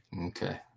Okay